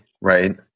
right